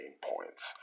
points